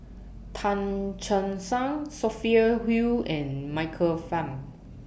Tan Che Sang Sophia Hull and Michael Fam